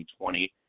2020